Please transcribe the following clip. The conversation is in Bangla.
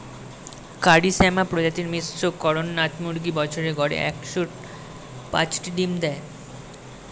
কারি শ্যামা প্রজাতির মিশ্র কড়কনাথ মুরগী বছরে গড়ে একশ পাঁচটি ডিম দেয়